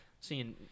seeing